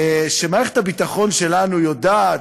שמערכת הביטחון שלנו יודעת,